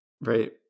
right